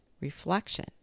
Reflection